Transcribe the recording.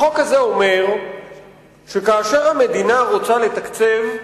החוק הזה אומר שכאשר המדינה רוצה לתקצב,